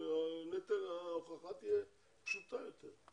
שנטל ההוכחה תהיה פשוט היותר?